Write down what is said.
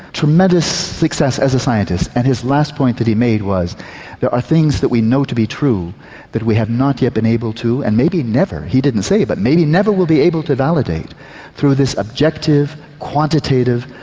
tremendous success as a scientist, and his last point that he made was there are things that we know to be true but we have not yet been able to and maybe never he didn't say, but maybe never will be able to validate through these objective, quantitative,